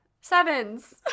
sevens